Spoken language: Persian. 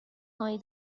هایی